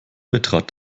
betrat